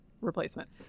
replacement